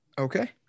Okay